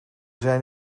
zijn